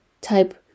type